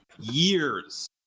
years